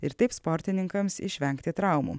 ir taip sportininkams išvengti traumų